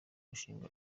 mishinga